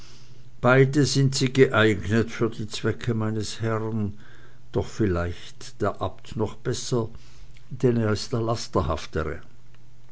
beide sind sie geeignet für die zwecke meines herrn doch vielleicht der abt noch besser denn er ist der